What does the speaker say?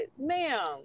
ma'am